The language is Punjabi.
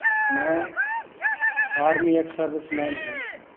ਮੈਂ ਆਰਮੀ ਐਕਸ ਸਰਵਿਸਮੈਨ ਹਾਂ